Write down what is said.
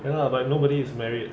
ya lah but nobody is married